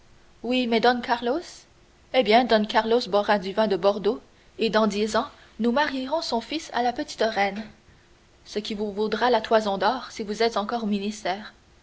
oui mais don carlos eh bien don carlos boira du vin de bordeaux et dans dix ans nous marierons son fils à la petite reine ce qui vous vaudra la toison d'or si vous êtes encore